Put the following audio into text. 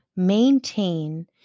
Maintain